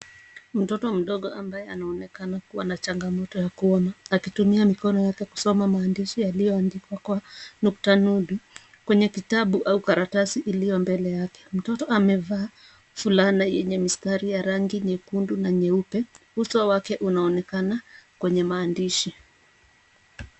Mtoto mdogo ambaye anaonekana kuwa na changamoto ya kuona, akitumia mikono yake kusoma maandishi yaliyoandikwa kwa, nukta nundu, kwenye kitabu au karatasi iliyo mbele yake. Mtoto amevaa, fulana yenye mistari ya rangi nyekundu na nyeupe. Uso wake unaonekana, kwenye maandishi.